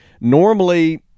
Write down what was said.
Normally